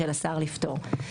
של השר לפטור.